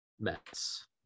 Mets